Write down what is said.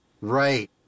Right